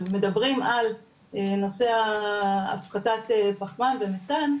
אבל מדברים על נושא הפחתת פחמן ומתאן,